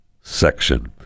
section